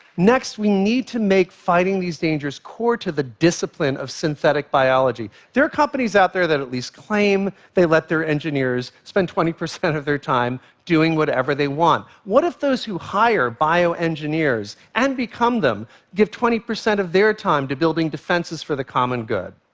next, we need to make fighting these dangers core to the discipline of synthetic biology. there are companies out there that at least claim they let their engineers spend twenty percent of their time doing whatever they want. what if those who hire bioengineers and become them give twenty percent of their time to building defenses for the common good?